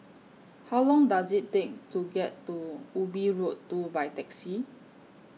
How Long Does IT Take to get to Ubi Road two By Taxi